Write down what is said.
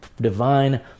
divine